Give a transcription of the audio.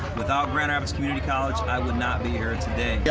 without grand rapids community college, and i would not be here today.